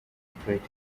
efforts